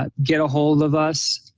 ah get a hold of us.